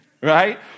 right